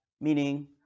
meaning